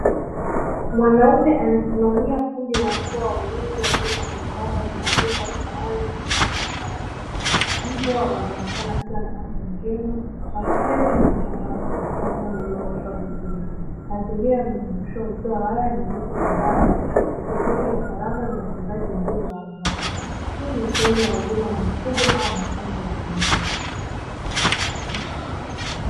Mwanaume anasimamia kundi la mbwa wa ulinzi waliopo kwenye banda lenye vyumba vya mawe na milango ya bati. Mbwa wanaonekana wakiwa na afya njema, wakicheza na kuchangamka katika eneo lililooshwa vizuri, mazingira yamezungushiwa uzio wa waya na miti ya mbao, ikionyesha usalama na utunzaji mzuri wa wanyama. Hii ni sehemu ya huduma ya mifugo au mazizi ya mbwa.